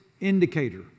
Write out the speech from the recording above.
indicator